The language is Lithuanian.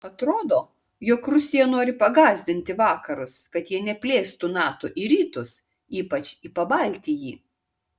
atrodo jog rusija nori pagąsdinti vakarus kad jie neplėstų nato į rytus ypač į pabaltijį